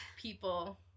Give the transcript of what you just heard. people